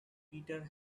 peter